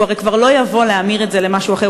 הוא הרי כבר לא יבוא להמיר את זה למשהו אחר,